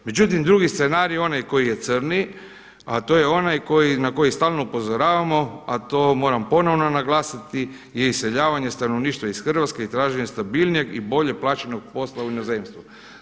Međutim, drugi scenarij je onaj koji je crni, a to je onaj na koji stalno upozoravamo, a to moram ponovno naglasiti je iseljavanje stanovništva iz Hrvatske i traženje stabilnijeg i bolje plaćenog posla u inozemstvu.